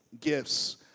gifts